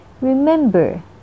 Remember